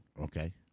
Okay